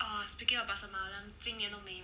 oh speaking of pasar malam 今年都没有